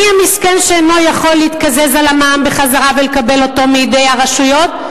מי המסכן שאינו יכול להתקזז על המע"מ ולקבל אותו מידי הרשויות?